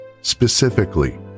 specifically